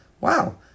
wow